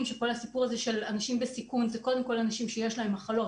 שכל הסיפור של אנשים בסיכון זה קודם כול אנשים שיש להם מחלות,